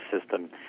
system